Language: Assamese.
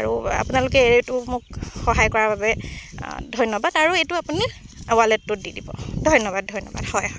আৰু আপোনালোকে এইটো মোক সহায় কৰাৰ বাবে ধন্যবাদ আৰু এইটো আপুনি ৱালেটটোত দি দিব ধন্যবাদ ধন্যবাদ হয় হয়